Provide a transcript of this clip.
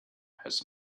has